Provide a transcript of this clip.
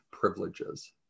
privileges